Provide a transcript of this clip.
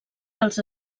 dels